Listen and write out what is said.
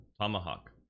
Tomahawk